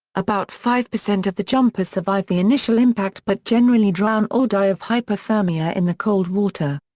about five percent of the jumpers survive the initial impact but generally drown or die of hypothermia in the cold water.